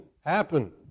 happen